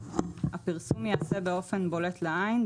הפרסום ייעשה באופן בולט לעין,